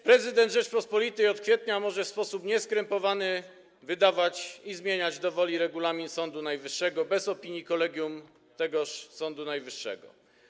Prezydent Rzeczypospolitej od kwietnia może w sposób nieskrępowany wydawać i zmieniać do woli Regulamin Sądu Najwyższego bez opinii Kolegium Sądu Najwyższego.